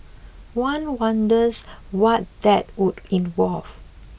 one wonders what that would involve